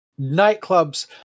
nightclubs